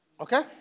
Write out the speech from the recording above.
Okay